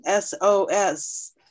SOS